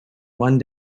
one